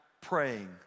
praying